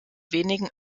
wenigen